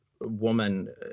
woman